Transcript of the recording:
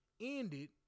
ended